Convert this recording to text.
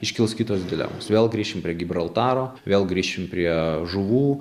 iškils kitos dilemos vėl grįšim prie gibraltaro vėl grįšim prie žuvų